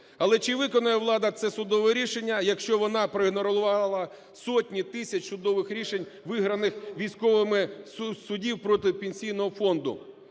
Але чи виконає влада це судове рішення, якщо вона проігнорувала сотні тисяч судових рішень, виграних військовими в суді проти Пенсійного фонду?